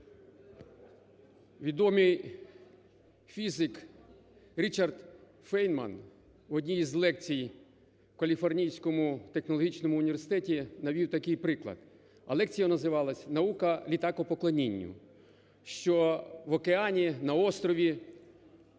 відомий фізик Річард Фейнман в одній із лекцій в Каліфорнійському технологічному університеті навів приклад, а лекція називалась "Наука літакопоклонінню", що в океані на острові